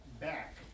back